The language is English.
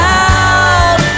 out